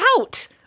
out